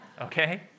Okay